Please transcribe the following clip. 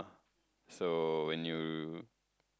so when you